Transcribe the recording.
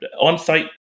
on-site